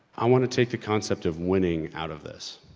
i want to take the concept of winning out of this.